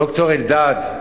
ד"ר אלדד,